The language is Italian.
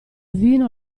vino